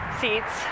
seats